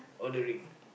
ordering